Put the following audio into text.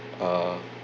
uh